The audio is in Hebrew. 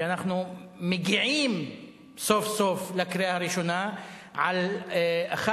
תודה, האמת